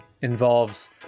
involves